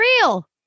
real